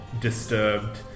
disturbed